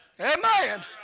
Amen